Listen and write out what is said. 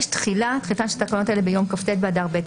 תחילה תחילתן של תקנות אלה ביום כ"ט באדר ב'